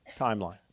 timeline